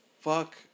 fuck